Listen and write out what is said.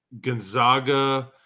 Gonzaga